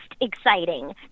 exciting